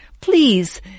please